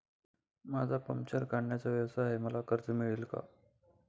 माझा पंक्चर काढण्याचा व्यवसाय आहे मला कर्ज मिळेल का?